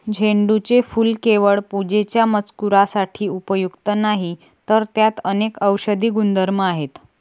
झेंडूचे फूल केवळ पूजेच्या मजकुरासाठी उपयुक्त नाही, तर त्यात अनेक औषधी गुणधर्म आहेत